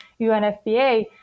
UNFPA